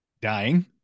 dying